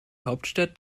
hauptstadt